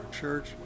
church